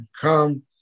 come